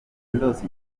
ndose